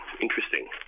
interesting